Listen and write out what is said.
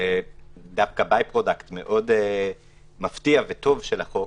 שדווקא by-product מאוד מפתיע וטוב של החוק